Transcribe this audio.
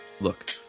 Look